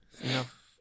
Enough